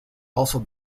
also